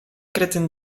kretyn